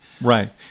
Right